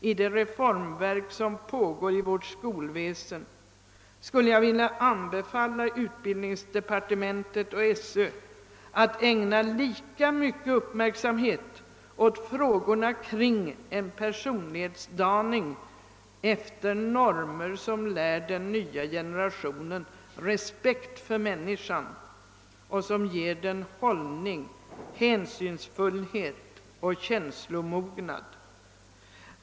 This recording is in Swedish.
I det reformverk som pågår i vårt skolväsen skulle jag vilja anbefalia utbildningsdepartementet och Sö att ägna uppmärksamhet åt frågorna kring en personlighetsdaning efter normer som lär den nya generationen respekt för människan och som ger den hållning, hänsynsfullhet och känslomognad.